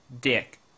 Dick